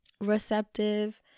receptive